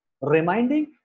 reminding